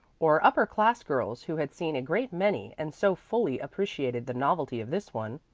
or upper class girls who had seen a great many and so fully appreciated the novelty of this one,